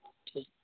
ٹھیک